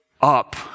up